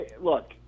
look